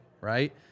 right